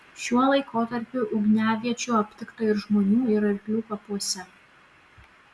šiuo laikotarpiu ugniaviečių aptikta ir žmonių ir arklių kapuose